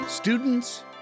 Students